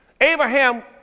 Abraham